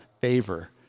favor